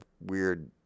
weird